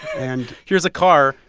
and. here's a car.